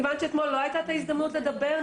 מכיוון שאתמול לא הייתה ההזדמנות לדבר,